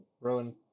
Rowan